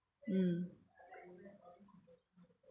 mm